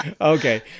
Okay